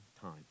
time